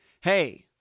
Hey